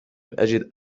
أجد